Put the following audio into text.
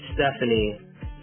Stephanie